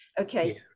Okay